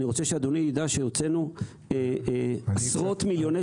אני רוצה שאדוני ידע שהוצאנו עשרות מיליוני